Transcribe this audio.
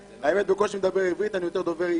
והאמת היא שאני בקושי מדבר עברית אני יותר דובר יידיש.